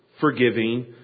forgiving